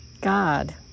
God